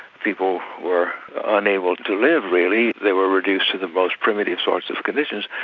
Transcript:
people were unable to live really, they were reduced to the most primitive sorts of conditions.